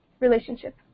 relationship